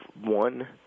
one